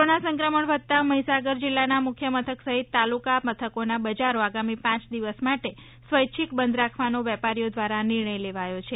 corona સંક્રમણ વધતા મહીસાગર જીલ્લાના મુખ્ય મથક સહિત તાલુકા મથકોના બજારો આગામી પાંચ દિવસ માટે સ્વૈચ્છિક બંધ રાખવાનો વેપારીઓ દ્વારા નિર્ણય લેવાયો છે